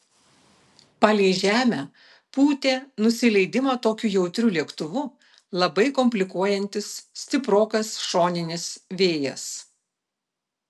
palei žemę pūtė nusileidimą tokiu jautriu lėktuvu labai komplikuojantis stiprokas šoninis vėjas